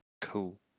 Cool